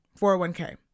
401k